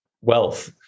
wealth